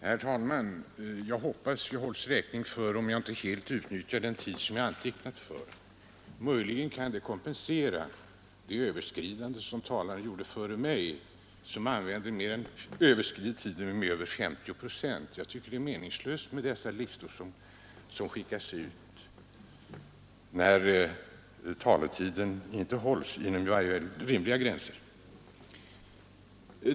Herr talman! Jag hoppas att kammaren håller mig räkning för om jag inte helt utnyttjar den tid som jag är antecknad för. Möjligen kan det i någon mån kompensera det överskridande som föregående talare gjorde — som överskred tiden med närmare 100 procent. Jag anser det vara meningslöst med dessa listor som skickas ut, när den antecknade taletiden inte hålls, i varje fall inte inom rimliga gränser.